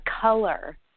Color